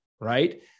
right